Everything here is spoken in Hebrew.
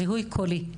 זיהוי קולי,